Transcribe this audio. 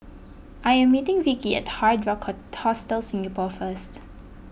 I am meeting Vicki at Hard Rock Hostel Singapore first